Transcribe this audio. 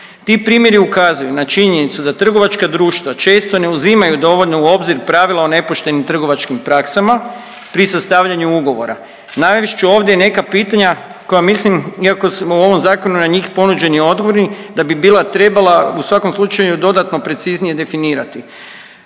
Ti primjeri ukazuju na činjenicu da trgovačka društva često ne uzimaju dovoljno u obzir pravila o nepoštenim trgovačkim praksama pri sastavljanju ugovora. Navest ću ovdje i neka pitanja koja mislim iako su u ovom zakonu na njih ponuđeni odgovori da bi bila trebala u svakom slučaju dodatno preciznije definirati.